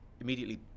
immediately